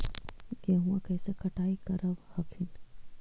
गेहुमा कैसे कटाई करब हखिन?